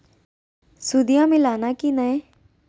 सुदिया मिलाना की नय?